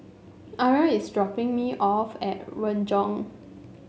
Arra is dropping me off at Renjong